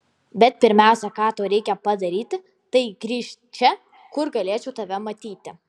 bet pirmiausia ką tau reikia padaryti tai grįžt čia kur galėčiau tave matyti